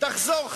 ותחזור,